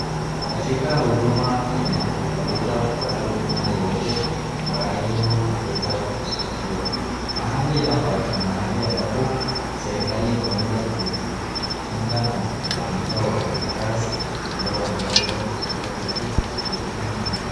Katika huduma Kenya, unaweza kupata huduma yoyote ambayo unaweza kusaidiwa. Mahali hapa ni mahali ambapo serikali inaweza kujenga na kuandika wafanyikazi ambao wanaweza kusaidia watu kwenye huduma hizi.